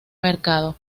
mercado